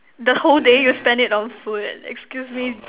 the whole day you spend it on food excuse me